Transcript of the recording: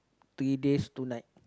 three days two night